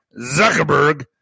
Zuckerberg